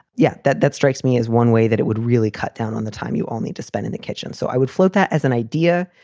yeah, that that strikes me as one way that it would really cut down on the time you only to spend in the kitchen. so i would float that as an idea.